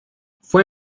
fue